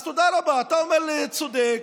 אז תודה רבה שאתה אומר: צודק,